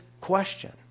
question